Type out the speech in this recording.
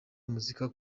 muzika